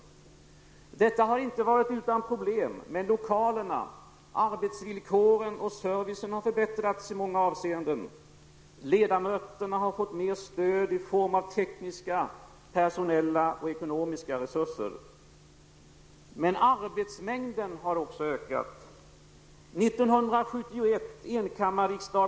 Detta har inte varit utan problem, men lokalerna, arbetsvillkoren och servicen har förbättrats i många avseenden. Ledamöterna har fått mer stöd i form av tekniska, personella och ekonomiska resurser. Men arbetsmängden har också ökat.